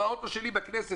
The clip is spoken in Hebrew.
האוטו שלי מהכנסת,